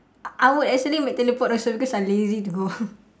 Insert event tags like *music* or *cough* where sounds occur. I I would actually make teleport also because I lazy to go *laughs*